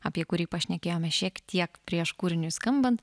apie kurį pašnekėjome šiek tiek prieš kūriniui skambant